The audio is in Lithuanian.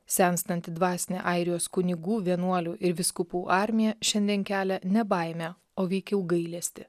senstanti dvasinį airijos kunigų vienuolių ir vyskupų armija šiandien kelia ne baimę o veikiau gailestį